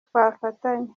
twafatanya